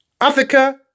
Africa